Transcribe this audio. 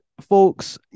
folks